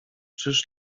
czyż